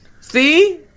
See